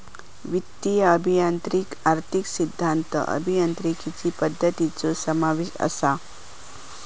वित्तीय अभियांत्रिकीत आर्थिक सिद्धांत, अभियांत्रिकीचा पद्धतींचो समावेश असा